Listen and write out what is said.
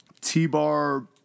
T-Bar